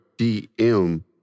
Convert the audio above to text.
DM